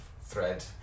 thread